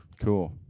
Cool